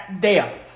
death